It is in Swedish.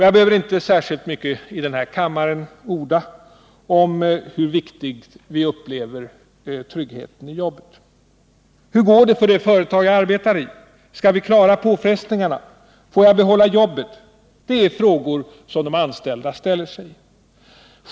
Jag behöver inte orda särskilt mycket i denna kammare om hur vi upplever tryggheten i jobbet. Hur går det för det företag jag arbetar i? Skall vi klara påfrestningarna? Får jag behålla jobbet? Detta är frågor som de anställda ställer sig.